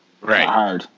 Right